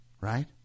right